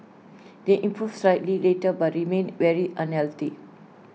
they improved slightly later but remained very unhealthy